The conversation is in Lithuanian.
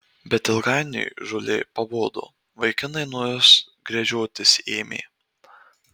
bet ilgainiui žolė pabodo vaikinai nuo jos gręžiotis ėmė